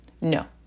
No